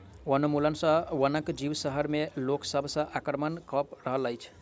वनोन्मूलन सॅ वनक जीव शहर में लोक सभ पर आक्रमण कअ रहल अछि